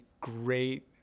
great